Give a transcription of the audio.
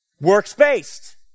Works-based